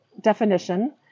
definition